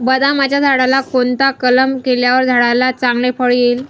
बदामाच्या झाडाला कोणता कलम केल्यावर झाडाला चांगले फळ येईल?